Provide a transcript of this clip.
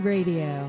Radio